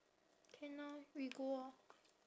can orh we go orh